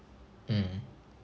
mm